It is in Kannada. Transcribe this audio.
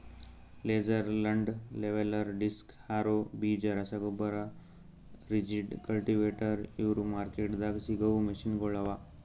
laser land leveller, disc harrow, ಬೀಜ ರಸಗೊಬ್ಬರ, ರಿಜಿಡ್, ಕಲ್ಟಿವೇಟರ್ ಇವು ಮಾರ್ಕೆಟ್ದಾಗ್ ಸಿಗವು ಮೆಷಿನಗೊಳ್ ಅವಾ